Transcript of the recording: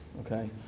okay